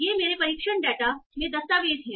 ये मेरे परीक्षण डेटा में दस्तावेज़ हैं